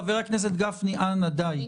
חבר הכנסת גפני, אנא די.